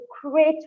create